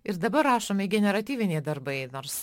ir dabar rašomi generatyviniai darbai nors